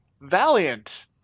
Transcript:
Valiant